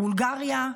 בולגריה,